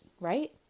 right